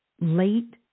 late